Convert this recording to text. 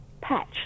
patch